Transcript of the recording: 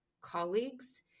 colleagues